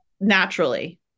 naturally